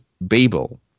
Babel